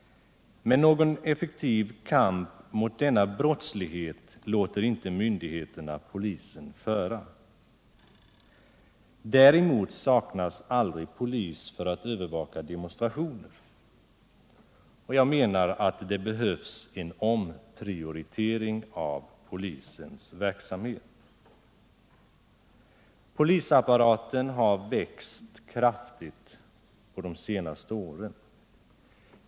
Men någon effektiv kamp mot denna brottslighet låter inte myndigheterna polisen föra. Däremot saknas aldrig polis för att övervaka demonstrationer. Det behövs en omprioritering av polisens verksamhet. Polisapparaten har växt kraftigt under senare år.